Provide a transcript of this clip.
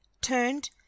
turned